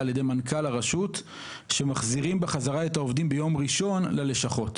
על ידי מנכ"ל הרשות שמחזירים בחזרה את העובדים ביום ראשון ללשכות.